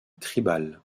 tribal